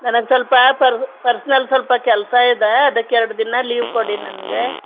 ನನಗೆ ಸ್ವಲ್ಪ pers personal ಸ್ವಲ್ಪ ಕೆಲಸ ಇದೆ ಅದಕ್ಕೆ ಎರಡು ದಿನ ಲೀವ್ ಕೊಡಿ ನನಗೆ